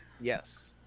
Yes